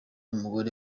umugore